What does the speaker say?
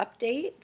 update